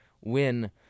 win